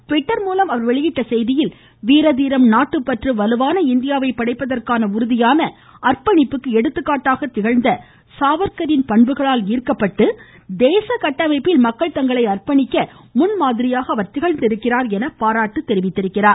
Twitter மூலம் வெளியிட்டுள்ள செய்தியில் வீர தீரம் நாட்டுப்பற்று வலுவான இந்தியாவை படைப்பதற்கான உறுதியான அர்ப்பணிப்புக்கு எடுத்துக்காட்டாக திகழ்ந்த சாவர்க்கரின் பண்புகளால் ஈர்க்கப்பட்டு தேசகட்டமைப்பில் மக்கள் தங்களை அர்ப்பணிக்க முன்மாதிரியாக திகழ்ந்தவர் என்று பாராட்டியுள்ளார்